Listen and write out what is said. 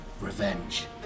Revenge